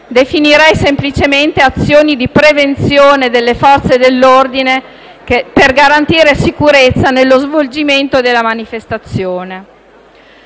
definirei semplicemente azioni di prevenzione delle Forze dell'ordine per garantire sicurezza nello svolgimento della manifestazione.